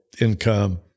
income